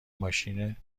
ماشین